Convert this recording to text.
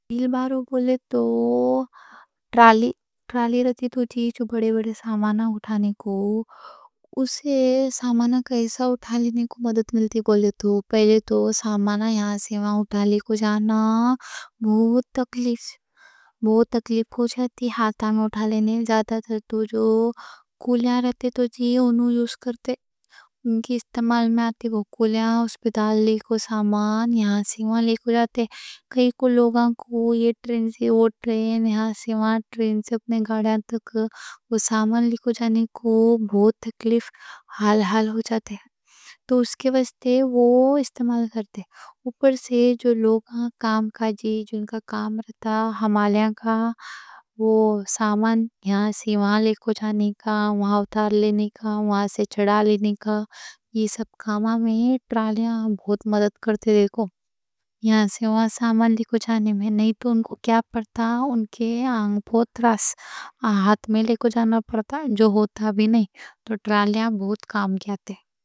بیل بارو بولے تو ٹرالی، ٹرالی رہتی تو ہی جو بڑے بڑے سامان اٹھانے کو۔ اسے سامان کیسا اٹھا لینے کو مدد ملتی بولے تو، پہلے تو سامان یہاں سے وہاں اٹھالے کو جانا بہت تکلیف، بہت تکلیف ہو جاتی۔ ہاتھ میں اٹھالینے جاتا تو جو کولیے رہتے تو جیے انہوں یوز کرتے، اُن کے استعمال میں آتی، وہ کولیے، اسپتال لے کو۔ سامان یہاں سے وہاں لے کو جاتے، کائیں کوں لوگاں کو یہ ٹرین سے وہ ٹرین، یہاں سے وہاں ٹرین سے اپنے گاڑیاں تک وہ سامان لے کو جانے۔ کو بہت تکلیف، لے کو جانا فرفبرتے اوپرے پے جو لوگاں کام کاجی، جُن کا کام رہتا حمّالیں وہ سامان یہاں سے وہاں لے کو جانے کا۔ وہاں اٹھا لینے کا، وہاں سیشڈا لینے کا، یہ سب کاماں میں ٹرالیاں بہت مدد کرتے؛ دیکھو ایہاں سے واہاں سامان لے کی جانے میں، نئیں تو اُن کا ملا خوشٹا۔ اُن کے مشروچی پورا ہاتھ میں لے کی جانا پڑتا۔ جو ہوتا بھی نہیں تو ٹرالیاں بہت کام کرتے ہیں۔